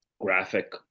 graphic